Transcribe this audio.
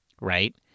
right